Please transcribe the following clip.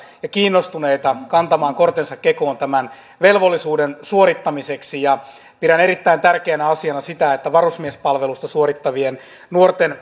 ja kiinnostuneita kantamaan kortensa kekoon tämän velvollisuuden suorittamiseksi pidän erittäin tärkeänä asiana sitä että varusmiespalvelusta suorittavien nuorten